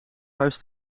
huis